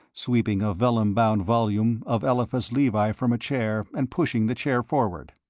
sweeping a vellum-bound volume of eliphas levi from a chair, and pushing the chair forward.